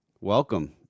welcome